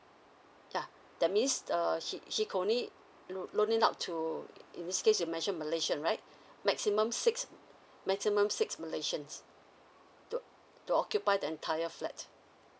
yeah that means err she she can only loan loan it out to in this case you mentioned malaysian right maximum six maximum six malaysians to to occupy the entire flat